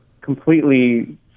completely